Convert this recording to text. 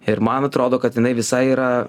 ir man atrodo kad jinai visa yra